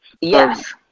Yes